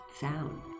sound